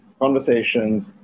conversations